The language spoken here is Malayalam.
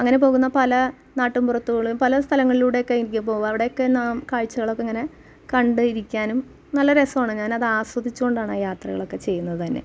അങ്ങനെ പോകുന്ന പല നാട്ടിൻപുറത്തുകൾ പല സ്ഥലങ്ങളിലൂടെ ഒക്കെ പോകാം അവിടെ ഒക്കെ നാം കാഴ്ചകളൊക്കെ ഇങ്ങനെ കണ്ടിരിക്കാനും നല്ല രസമാണ് ഞാൻ അത് ആസ്വദിച്ച് കൊണ്ടാണ് യാത്രകളൊക്കെ ചെയ്യുന്നത് തന്നെ